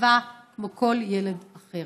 בר-מצווה כמו כל ילד אחר.